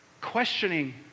Questioning